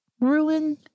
ruin